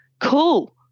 Cool